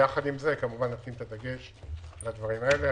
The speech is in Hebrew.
יחד עם זה נשים את הדגש על הדברים האלה.